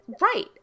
Right